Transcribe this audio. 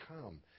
come